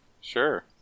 Sure